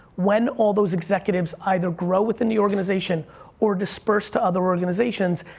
when all those executives either grow within the organization or disperse to other organizations,